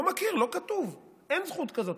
לא מכיר, לא כתוב, אין זכות כזאת.